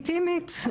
לגיטימית,